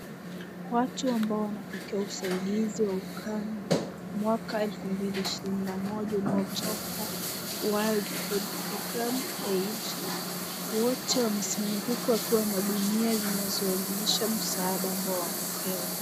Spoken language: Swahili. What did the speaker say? Watu ambao wanapokea usaidizi wa ukame mwaka wa elfu mbili ishirini na moja unaotoka World Food Program Aid . Wote wamesimama huku wakiwa na gunia zinazoonyesha msaada ambao wamepewa.